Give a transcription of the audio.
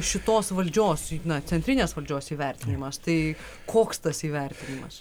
šitos valdžios juk na centrinės valdžios įvertinimas tai koks tas įvertinimas